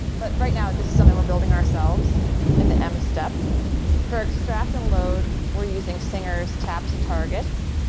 but right now, this is something we're building ourselves in the m step for extract and load, we're using singers, taps and targets.